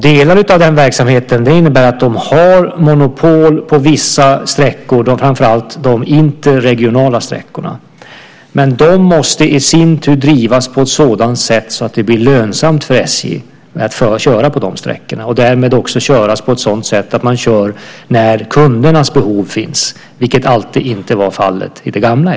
Delar av denna verksamhet innebär att man har monopol på vissa sträckor, framför allt de interregionala sträckorna. Men de måste i sin tur drivas på ett sådant sätt att det blir lönsamt för SJ att köra på dessa sträckor och därmed också köra på ett sådant sätt att man kör när kundernas behov finns, vilket inte alltid var fallet i det gamla SJ.